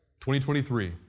2023